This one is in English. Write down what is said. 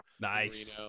Nice